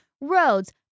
roads